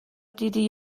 دیدی